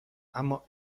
اما